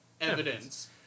evidence